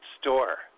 Store